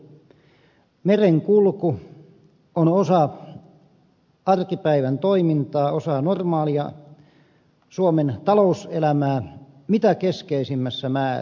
merenkulku on osa arkipäivän toimintaa osa normaalia suomen talouselämää mitä keskeisimmässä määrin